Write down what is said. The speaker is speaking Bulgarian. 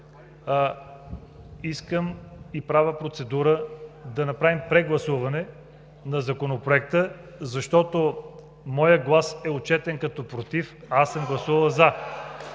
Искам и правя процедура да направим прегласуване на Законопроекта, защото моят глас е отчетен като „против“, а аз съм гласувал „за“.